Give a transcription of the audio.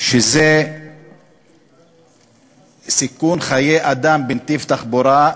שזה סיכון חיי אדם בנתיב תחבורה,